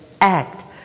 act